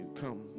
Come